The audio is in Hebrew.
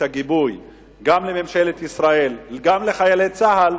הגיבוי גם לממשלת ישראל וגם לחיילי צה"ל,